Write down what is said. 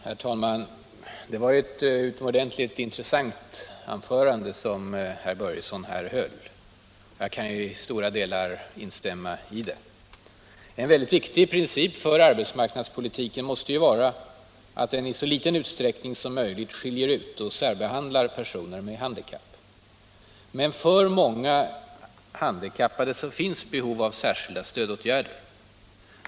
Herr talman! Det var ett utomordentligt intressant anförande som herr Börjesson i Falköping här höll, och jag kan i stora delar instämma i vad han sade. En mycket viktig princip för arbetsmarknadspolitiken måste vara att den i så liten utsträckning som möjligt skiljer ut och särbehandlar personer med handikapp. Men många handikappade har behov av särskilda stödåtgärder.